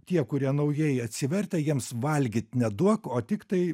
tie kurie naujai atsivertę jiems valgyt neduok o tiktai